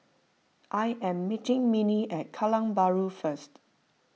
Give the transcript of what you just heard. I am meeting Minnie at Kallang Bahru first